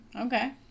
okay